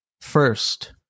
first